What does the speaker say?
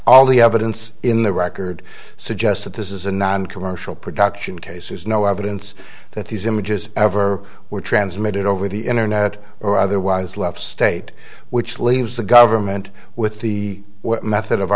all the evidence in the record suggests that this is a non commercial production case there's no evidence that these images ever were transmitted over the internet or otherwise left state which leaves the government with the method of